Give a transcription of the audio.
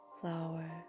flower